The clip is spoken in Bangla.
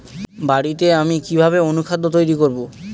বাড়িতে আমি কিভাবে অনুখাদ্য তৈরি করব?